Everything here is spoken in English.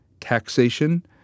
taxation